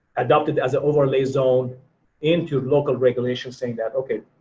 adopted as an overlay zone into local regulations saying that okay,